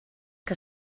que